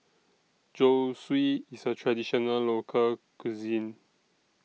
Zosui IS A Traditional Local Cuisine